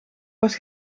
was